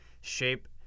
shape